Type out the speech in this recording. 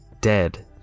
dead